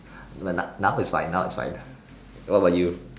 when now is fine now is fine what about you